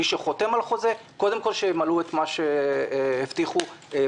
מי שחותם על חוזה קודם כול שימלאו את מה שהבטיחו בחוזה.